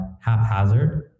haphazard